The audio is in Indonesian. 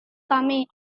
kami